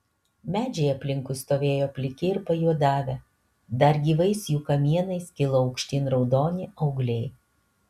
medžiai aplinkui stovėjo pliki ir pajuodavę dar gyvais jų kamienais kilo aukštyn raudoni augliai